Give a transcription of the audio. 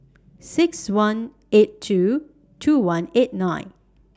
six one eight two two one eight nine